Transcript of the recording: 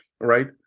right